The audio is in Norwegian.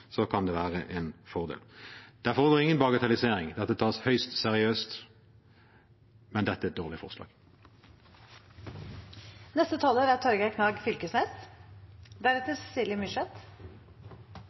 kan det være en fordel. Det foregår ingen bagatellisering, dette tas høyst seriøst. Men dette er et dårlig